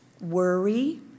worry